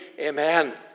Amen